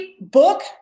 book